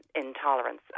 intolerance